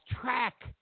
track